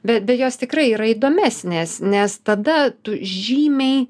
bet be jos tikrai yra įdomesnės nes tada tu žymiai